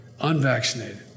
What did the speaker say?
unvaccinated